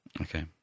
Okay